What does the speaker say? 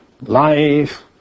life